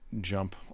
jump